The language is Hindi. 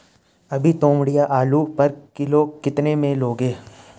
अभी तोमड़िया आलू पर किलो कितने में लोगे?